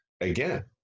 Again